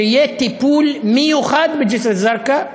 שיהיה טיפול מיוחד בג'סר-א-זרקא,